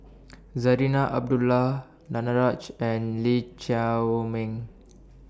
Zarinah Abdullah Danaraj and Lee Chiaw Meng